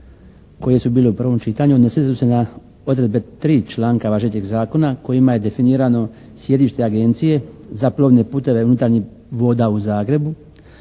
koje su bile u prvom čitanju, … /Ne razumije se./ … na odredbe 3. članka važećeg zakona kojima je definirano sjedište agencije za plovne puteve unutarnjih voda u Zagrebu.